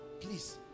please